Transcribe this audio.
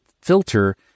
filter